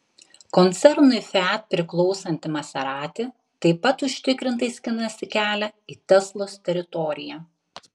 koncernui fiat priklausanti maserati taip pat užtikrintai skinasi kelią į teslos teritoriją